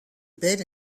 bed